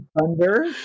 thunder